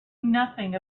nothing